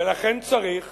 ולכן צריך